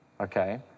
Okay